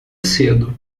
cedo